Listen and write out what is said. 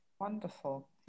Wonderful